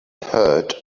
heard